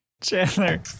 Chandler